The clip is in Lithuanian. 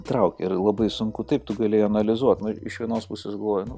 traukia ir labai sunku taip tu gali analizuot nu iš vienos pusės galvoji nu